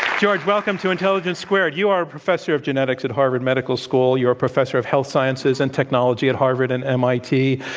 george, welcome to intelligence squared. you are a professor of genetics at harvard medical school. you are a professor of health sciences and technology at harvard and mit.